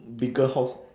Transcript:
bigger house